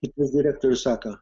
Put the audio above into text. ir tas direktorius sako